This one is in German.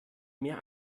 mehr